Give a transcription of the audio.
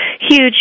huge